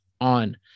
on